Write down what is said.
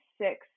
six